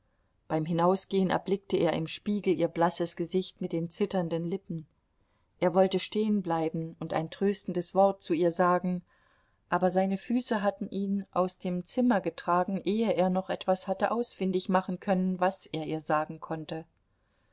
beim hinausgehen erblickte er im spiegel ihr blasses gesicht mit den zitternden lippen er wollte stehenbleiben und ein tröstendes wort zu ihr sagen aber seine füße hatten ihn aus dem zimmer getragen ehe er noch etwas hatte ausfindig machen können was er ihr sagen konnte